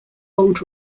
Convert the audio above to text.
old